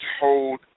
hold